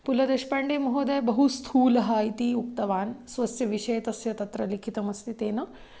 पुलदेश्पाण्डे महोदयः बहु स्थूलः इति उक्तवान् स्वस्य विषये तस्य तत्र लिखितमस्ति तेन